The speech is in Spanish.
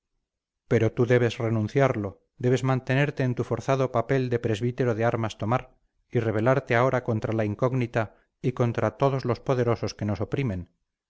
pero pero tú debes renunciarlo debes mantenerte en tu forzado papel de presbítero de armas tomar y rebelarte ahora contra la incógnita y contra todos los poderosos que nos oprimen